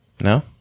No